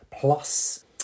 Plus